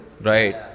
Right